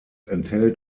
enthält